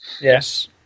Yes